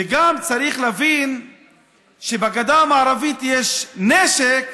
צריך גם להבין שבגדה המערבית יש נשק